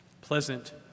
pleasant